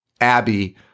Abby